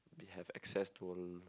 be have access tour